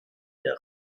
der